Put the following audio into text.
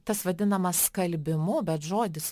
tas vadinamas skalbimu bet žodis